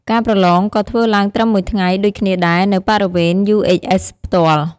ការប្រឡងក៏ធ្វើឡើងត្រឹម មួយថ្ងៃ ដូចគ្នាដែរ នៅ បរិវេណ UHS ផ្ទាល់ ។